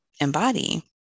embody